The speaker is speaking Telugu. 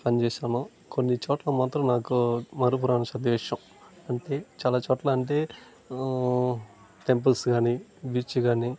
పని చేశాను కొన్ని చోట్ల మాత్రం నాకు మరుపురాని సందేశం అంటే చాలా చోట్ల అంటే టెంపుల్స్ కానీ బీచ్ కానీ